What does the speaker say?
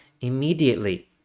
immediately